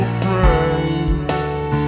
friends